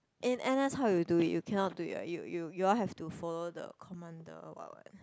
in n_s how you do it you cannot do it what you you you all have to follow the commander or what what